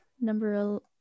Number